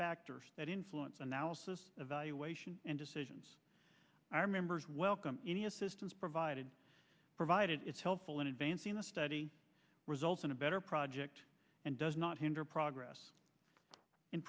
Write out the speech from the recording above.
factors that influence analysis evaluation and decisions our members welcome any assistance provided provided is helpful in advancing the study results in a better project and does not hinder progress in